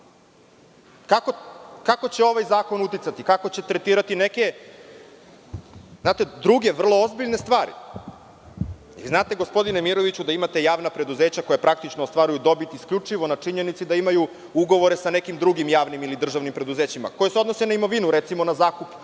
šta? Kako će ovaj zakon uticati? Kako će tretirati neke druge, vrlo ozbiljne stvari? Vi znate, gospodine Miroviću, da imate javna preduzeća koja praktično ostvaruju dobit isključivo na činjenici da imaju ugovore sa nekim drugim javnim ili državnim preduzećima, koja se odnose na imovinu, recimo na zakup